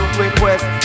request